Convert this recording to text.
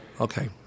Okay